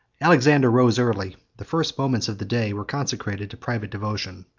alexander rose early the first moments of the day were consecrated to private devotion,